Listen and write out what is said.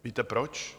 Víte proč?